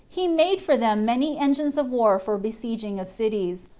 he made for them many engines of war for besieging of cities,